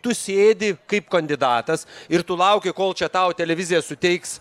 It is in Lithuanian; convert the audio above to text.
tu sėdi kaip kandidatas ir tu lauki kol čia tau televizija suteiks